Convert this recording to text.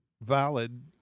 valid